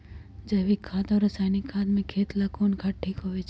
जैविक खाद और रासायनिक खाद में खेत ला कौन खाद ठीक होवैछे?